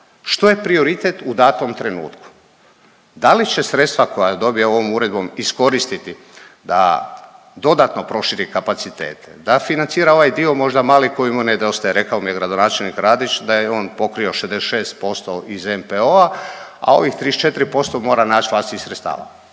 što je prioritet u datom trenutku. Da li će sredstva koja dobija ovom uredbom iskoristiti da dodatno proširi kapacitete, da financira ovaj dio možda mali koji mu nedostaje, rekao mi je gradonačelnik Radić da je on pokrio 66% iz NPO-a, a ovih 34% mora naći vlastitih sredstava.